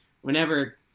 whenever